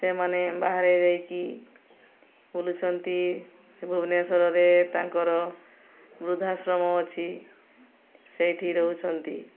ସେମାନେ ବାହାରେ ଯାଇକି ବୁଲୁଛନ୍ତି ସେ ଭୁବନେଶ୍ୱରରେ ତାଙ୍କର ବୃଦ୍ଧାଶ୍ରମ ଅଛି ସେଇଠି ରହୁଛନ୍ତି